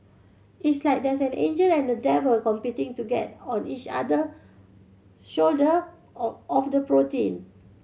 it's like there's an angel and a devil competing to get on each other shoulder of the protein